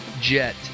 Jet